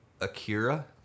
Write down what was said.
Akira